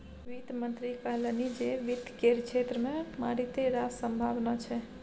वित्त मंत्री कहलनि जे वित्त केर क्षेत्र मे मारिते रास संभाबना छै